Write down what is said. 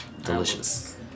Delicious